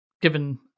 given